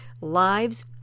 Lives